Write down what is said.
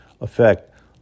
effect